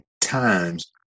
times